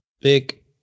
big